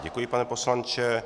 Děkuji, pane poslanče.